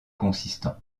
consistant